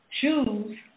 choose